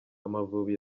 amavubi